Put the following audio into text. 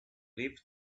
lived